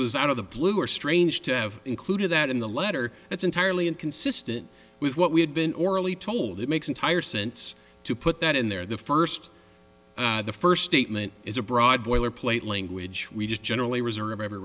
was out of the blue or strange to have included that in the letter it's entirely inconsistent with what we had been orally told it makes entire sense to put that in there the first the first statement is a broad boilerplate language we just generally reserve every